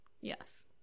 Yes